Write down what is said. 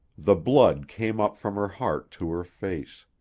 the blood came up from her heart to her face.